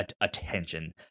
attention